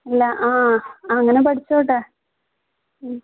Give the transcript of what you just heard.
അല്ല ആ അങ്ങനെ പഠിച്ചോട്ടെ